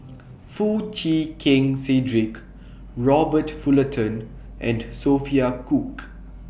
Foo Chee Keng Cedric Robert Fullerton and Sophia Cooke